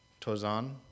Tozan